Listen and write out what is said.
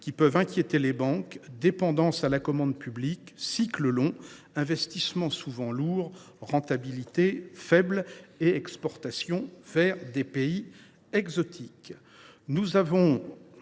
qui peuvent inquiéter les banques, comme la dépendance à la commande publique, les cycles longs, les investissements souvent lourds, la rentabilité faible, les exportations vers des pays « exotiques